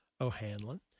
O'Hanlon